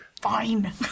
Fine